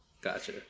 Gotcha